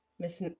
Miss